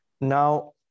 Now